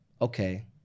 okay